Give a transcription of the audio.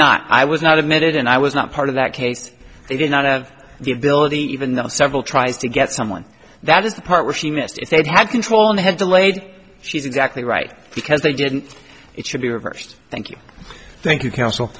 not i was not admitted and i was not part of that case they did not have the ability even though several tries to get someone that is the part where she missed if they'd had control and had delayed she's exactly right because they didn't it should be reversed thank you thank you counsel